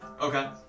Okay